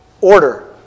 Order